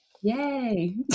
yay